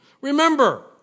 Remember